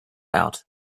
out